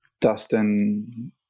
dustin